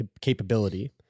capability